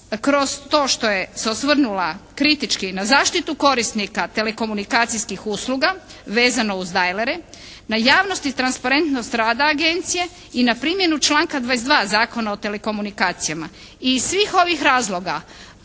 kroz to što je se osvrnula kritički na zaštitu korisnika telekomunikacijskih usluga vezano uz dajlere, na javnost i transparentnost rada agencije i na primjenu članka 22. Zakona o telekomunikacijama i iz svih ovih razloga